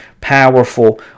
powerful